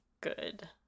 good